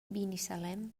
binissalem